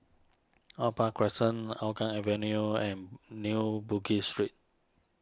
Opal Crescent Hougang Avenue and New Bugis Street